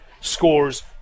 scores